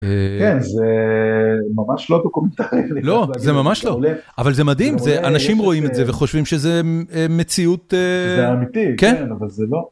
כן, זה ממש לא דוקומנטרי. לא, זה ממש לא, אבל זה מדהים, אנשים רואים את זה וחושבים שזה מציאות, זה אמיתי, כן, אבל זה לא.